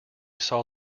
saw